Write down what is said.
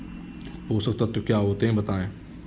पोषक तत्व क्या होते हैं बताएँ?